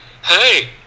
Hey